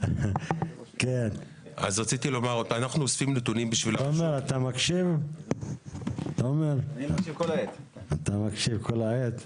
או שהשימושים שלו מסחריים ולא פרטיים,